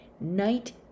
Night